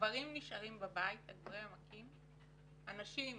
גברים נשארים בבית, הגברים המכים, את הנשים